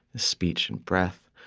speech and breath,